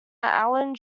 allan